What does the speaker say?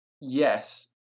yes